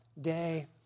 day